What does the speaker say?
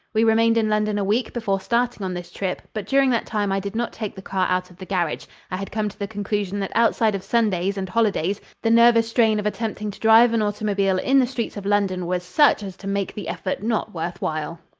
we remained in london a week before starting on this trip, but during that time i did not take the car out of the garage. i had come to the conclusion that outside of sundays and holidays the nervous strain of attempting to drive an automobile in the streets of london was such as to make the effort not worth while.